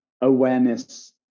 awareness